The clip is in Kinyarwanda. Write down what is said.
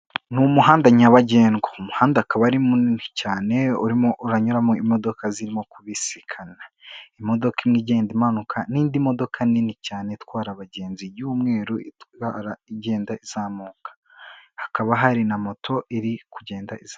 Ni umuhanda nyabagendwa, umuhanda akaba ari munini cyane, urimo uranyuramo imodoka zirimo kubisikana, imodoka imwe igenda imanuka n'indi modoka nini cyane itwara abagenzi y'umweru itwara igenda izamuka, hakaba hari na moto iri kugenda izamu....